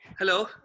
Hello